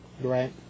Right